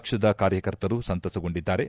ಪಕ್ಷದ ಕಾರ್ಯಕರ್ತರು ಸಂತಸಗೊಂಡಿದ್ದಾರೆ